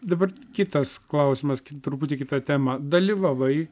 dabar kitas klausimas turbūt į kitą temą dalyvavai